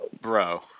Bro